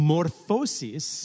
Morphosis